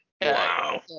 wow